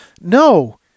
No